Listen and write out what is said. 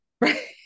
right